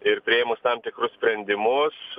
ir priėmus tam tikrus sprendimus